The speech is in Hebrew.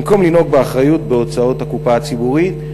במקום לנהוג באחריות בהוצאות הקופה הציבורית,